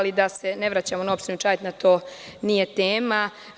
Da se ne vraćamo na opštinu Čajetina, to nije tema.